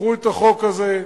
קחו את החוק הזה,